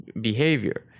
behavior